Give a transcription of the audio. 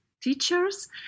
teachers